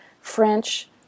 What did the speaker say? French